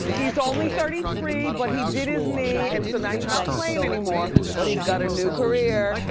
he's only thirty three but he did his knee and so now he's not playing anymore. but he's got a new career.